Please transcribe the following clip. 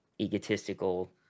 egotistical